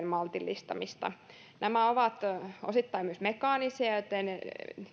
maltillistaa nämä keinot ovat osittain myös mekaanisia joten